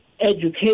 education